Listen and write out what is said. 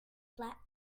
flap